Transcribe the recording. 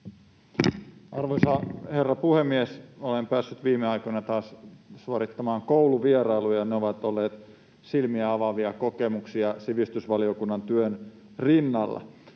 Arvoisa herra puhemies! Olen päässyt viime aikoina taas suorittamaan kouluvierailuja, ja ne ovat olleet silmiä avaavia kokemuksia sivistysvaliokunnan työn rinnalla.